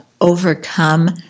overcome